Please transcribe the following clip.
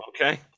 okay